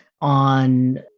on